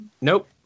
Nope